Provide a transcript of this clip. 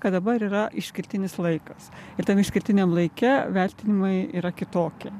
kad dabar yra išskirtinis laikas ir tam išskirtiniam laike vertinimai yra kitokie